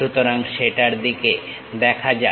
সুতরাং সেটার দিকে দেখা যাক